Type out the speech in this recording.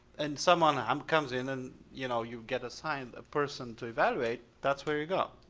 and someone um comes in and you know you get assign a person to evaluate, that's where you go.